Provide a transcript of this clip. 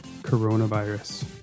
coronavirus